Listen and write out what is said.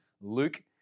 Luke